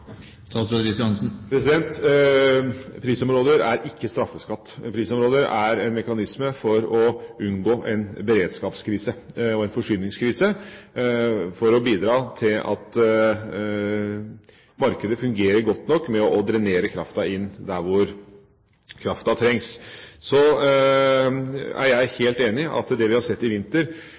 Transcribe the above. Prisområder er ikke straffeskatt. Prisområder er en mekanisme for å unngå en beredskapskrise og en forsyningskrise, og for å bidra til at markedet fungerer godt nok med hensyn til å drenere kraften inn der hvor kraften trengs. Så er jeg helt enig i at det vi har sett i vinter